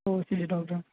ഓ ശരി ഡോക്ടർ